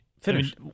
Finish